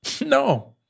No